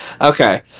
Okay